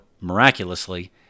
miraculously